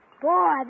Boy